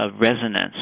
resonance